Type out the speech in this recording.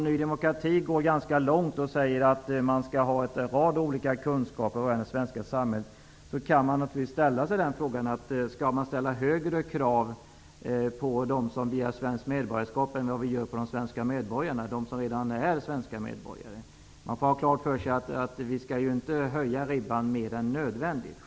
Ny demokrati går långt och säger att man skall ha en rad olika kunskaper rörande det svenska samhället, och då uppkommer naturligtvis frågan: Skall vi ställa högre krav på dem som begär svenskt medborgarskap än på dem som redan är svenska medborgare? Vi skall inte höja ribban mer än nödvändigt.